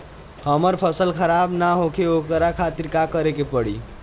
हमर फसल खराब न होखे ओकरा खातिर का करे के परी?